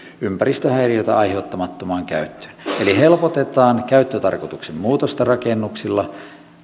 ympäristöhäiriötä aiheuttamattomaan käyttöön eli helpotetaan käyttötarkoituksen muutosta rakennuksilla